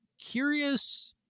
Curious